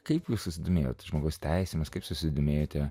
kaip jūs susidomėjote žmogaus teisėmis kaip susidomėjote